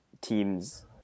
teams